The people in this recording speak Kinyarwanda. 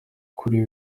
kuri